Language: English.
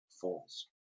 falls